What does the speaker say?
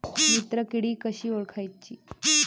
मित्र किडी कशी ओळखाची?